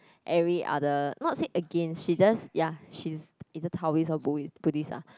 every other not say against she just ya she's a Taoist or Buddhist ah